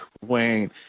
wayne